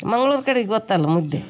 ಮಂಗಳೂರು ಕಡೆ ಗೊತ್ತಲ್ಲ ಮುದ್ದೆ